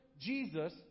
Jesus